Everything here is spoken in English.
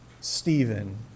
Stephen